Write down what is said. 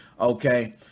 okay